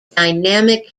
dynamic